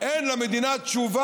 תסכם,